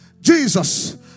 Jesus